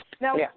Now